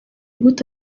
gute